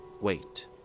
Wait